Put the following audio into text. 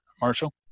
Marshall